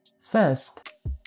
First